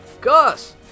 Gus